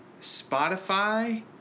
Spotify